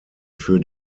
für